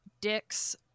dicks